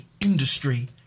industry